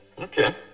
Okay